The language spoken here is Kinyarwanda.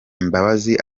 imbabazi